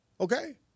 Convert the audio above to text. Okay